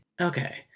okay